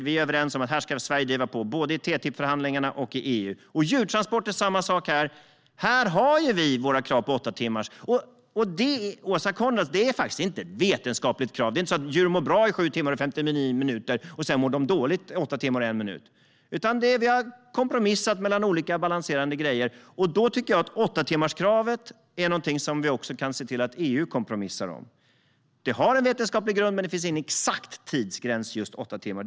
Vi är överens om att Sverige ska driva på både i TTIP-förhandlingarna och i EU. Beträffande djurtransporterna är det samma sak. Här har vi våra krav på åtta timmar. Till Åsa Coenraads: Det är faktiskt inte ett vetenskapligt krav. Det är inte så att djur mår bra i sju timmar och 59 minuter och sedan mår dåligt efter åtta timmar och en minut. Vi har kompromissat när det gäller olika balanserande grejer, och då tycker jag att åttatimmarskravet är någonting som vi också kan se till att EU kompromissar om. Det har en vetenskaplig grund, men det finns ingen exakt tidsgräns på just åtta timmar.